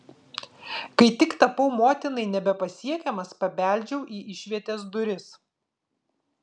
kai tik tapau motinai nebepasiekiamas pabeldžiau į išvietės duris